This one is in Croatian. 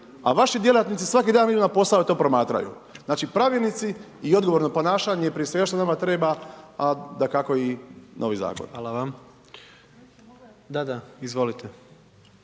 a vaši djelatnici svaki dan idu na posao i to promatraju. Znači pravilnici i odgovorno ponašanje i prije svega što nama treba, a dakako i novi zakon. **Jandroković,